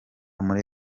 muri